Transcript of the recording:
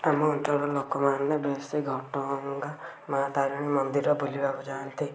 ଆମ ଅଞ୍ଚଳର ଲୋକମାନେ ବେଶୀ ଘଟଗାଁ ମାଁ ତାରିଣୀ ମନ୍ଦିର ବୁଲିବାକୁ ଯାଆନ୍ତି